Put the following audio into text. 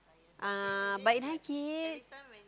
uh but nine kids